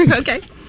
Okay